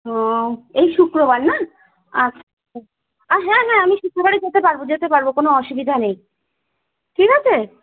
ও এই শুক্রবার না আচ্ছা আর হ্যাঁ হ্যাঁ আমি শুক্রবারে যেতে পারবো যেতে পারবো কোনো অসুবিধা নেই ঠিক আছে